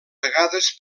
vegades